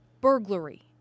burglary